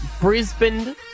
Brisbane